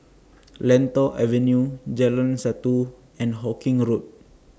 Lentor Avenue Jalan Satu and Hawkinge Road